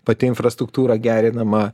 pati infrastruktūra gerinama